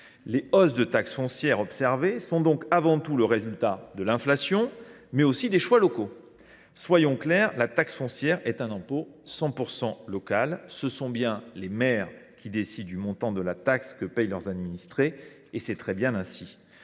Les hausses de taxe foncière observées sont donc avant tout le résultat de l’inflation, mais aussi des choix locaux. Soyons clairs, la taxe foncière est un impôt 100 % local. Ce sont bien les maires qui décident du montant de la taxe que paient leurs administrés, et c’est très bien ainsi.